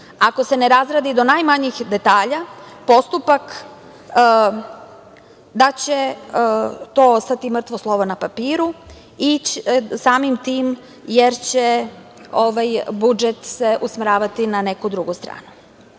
ako se ne razradi do najmanjih detalja postupak, da će to ostati mrtvo slovo na papiru i samim tim jer će se budžet usmeravati na neku drugu stranu.